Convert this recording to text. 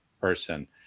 person